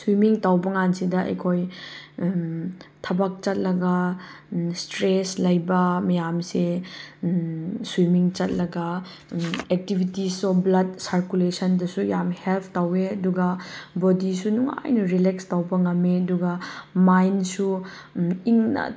swimming ꯇꯧꯕ ꯀꯥꯟꯁꯤꯗ ꯑꯩꯈꯣꯏ ꯊꯕꯛ ꯆꯠꯂꯒ ꯁ꯭ꯇꯔꯦꯁ ꯂꯩꯕ ꯃꯌꯥꯝꯁꯦ ꯁ꯭ꯋꯤꯃꯤꯡ ꯆꯠꯂꯒ ꯑꯦꯛꯇꯤꯚꯤꯇꯤꯁꯁꯨ ꯕ꯭ꯂꯗ ꯁꯔꯀꯨꯂꯦꯁꯟꯗꯁꯨ ꯌꯥꯝ ꯍꯦꯜꯞ ꯇꯧꯏ ꯑꯗꯨꯒ ꯕꯣꯗꯤꯁꯨ ꯅꯨꯡꯉꯥꯏꯅ ꯔꯤꯂꯦꯛꯁ ꯇꯧꯕ ꯉꯝꯃꯦ ꯑꯗꯨꯒ ꯃꯥꯏꯟꯁꯨ ꯏꯪꯅ